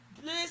Please